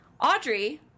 Audrey